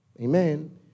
Amen